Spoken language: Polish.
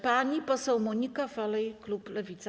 Pani poseł Monika Falej, klub Lewica.